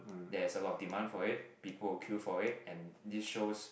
there's a lot of demand for it people will queue for it and this shows